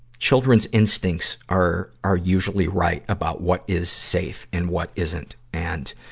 children's instincts are, are usually right about what is safe and what isn't. and,